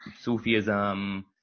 sufism